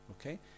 Okay